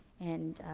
and,